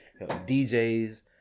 djs